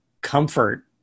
comfort